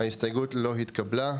0 ההסתייגות לא התקבלה.